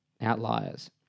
Outliers